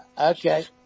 Okay